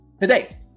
today